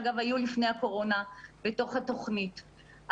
שאגב היו לפני הקורונה בתוך התוכנית.